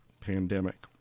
pandemic